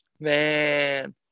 Man